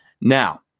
Now